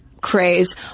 craze